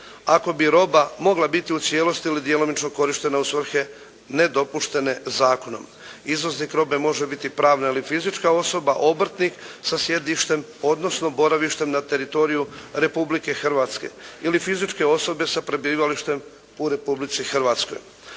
ako bi roba mogla biti u cijelosti ili djelomično korištena u svrhe nedopuštene zakonom. Izvoznik robe može biti pravna ili fizička osoba, obrtnik sa sjedištem odnosno boravištem na teritoriju Republike Hrvatske ili fizičke osobe sa prebivalištem u Republici Hrvatskoj.